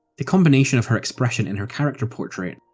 the combination of her expression in her character portrait,